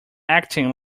acting